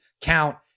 count